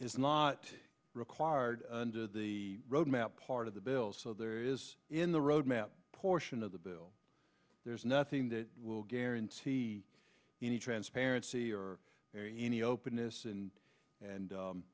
is not required under the roadmap part of the bill so there is in the roadmap portion of the bill there's nothing that will guarantee any transparency or any openness and and